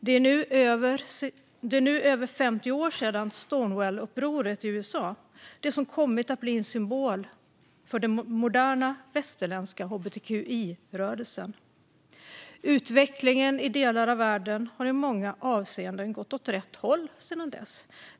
Det är nu över 50 år sedan Stonewallupproret i USA, det som kommit att bli en symbol för den moderna västerländska hbtqi-rörelsen. Utvecklingen i delar av världen har i många avseenden gått åt rätt håll sedan dess.